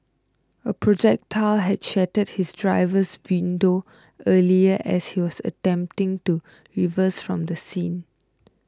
a projectile had shattered his driver's window earlier as he was attempting to reverse from the scene